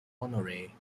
honoree